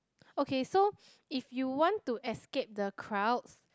okay so if you want to escape the crowds